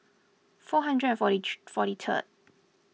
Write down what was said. four hundred and forty three forty third